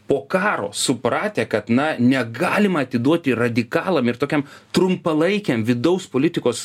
po karo supratę kad na negalima atiduoti radikalam ir tokiam trumpalaikiam vidaus politikos